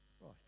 Right